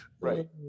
Right